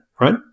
right